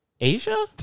asia